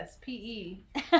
P-E